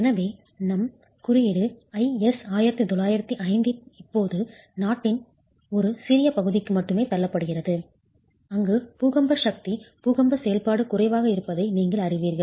எனவே நம் குறியீடு IS 1905 இப்போது நாட்டின் ஒரு சிறிய பகுதிக்கு மட்டுமே தள்ளப்படுகிறது அங்கு பூகம்ப சக்தி பூகம்ப செயல்பாடு குறைவாக இருப்பதை நீங்கள் அறிவீர்கள்